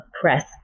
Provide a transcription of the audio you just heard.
press